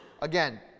again